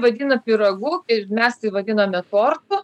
vadina pyragu ir mes tai vadiname tortu